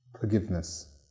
Forgiveness